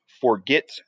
forget